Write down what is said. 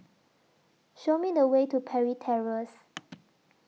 Show Me The Way to Parry Terrace